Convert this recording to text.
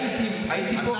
הייתי פה,